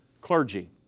clergy